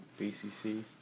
BCC